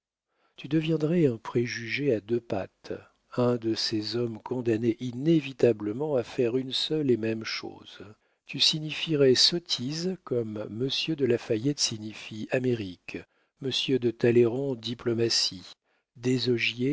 tu deviendrais un préjugé à deux pattes un de ces hommes condamnés inévitablement à faire une seule et même chose tu signifierais sottise comme m de la fayette signifie amérique m de talleyrand diplomatie